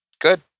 good